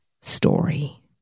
story